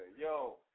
Yo